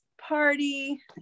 party